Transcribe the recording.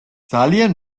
ძალიან